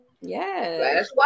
Yes